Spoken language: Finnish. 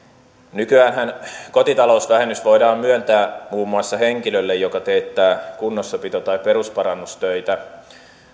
nykyäänhän kotitalousvähennys voidaan myöntää muun muassa henkilölle joka teettää kunnossapito tai perusparannustöitä